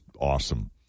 awesome